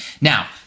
Now